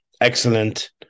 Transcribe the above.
excellent